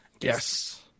Yes